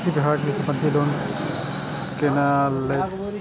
हम कृषि विभाग संबंधी लोन केना लैब?